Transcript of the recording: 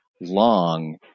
long